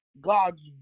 God's